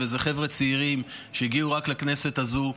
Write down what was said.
אלו חבר'ה צעירים שרק הגיעו לכנסת הזו,